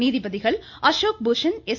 நீதிபதிகள் அசோக் பூஷன் எஸ்